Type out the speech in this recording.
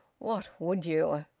what would you?